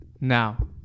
Now